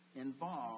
involved